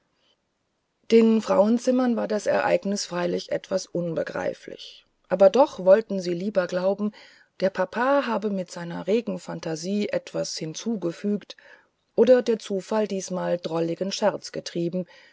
den frauenzimmern war das ereignis freilich etwas unbegreiflich aber doch wollten sie lieber glauben der papa habe mit seiner regen phantasie etwas hinzugefügt oder der zufall diesmal drolligen scherz getrieben